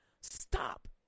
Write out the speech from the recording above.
Stop